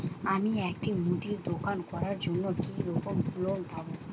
আমি একটি মুদির দোকান করার জন্য কি রকম লোন পাব?